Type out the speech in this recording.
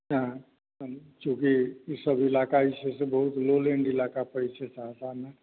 चूँकि ई सभ इलाका जे छै से बहुत लो लैंड इलाका पड़ैत छै सहरसामे